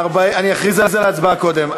אכריז על ההצבעה קודם.